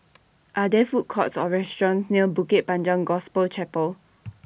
Are There Food Courts Or restaurants near Bukit Panjang Gospel Chapel